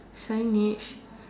signage